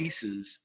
pieces